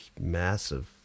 massive